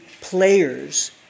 players